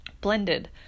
blended